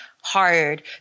hard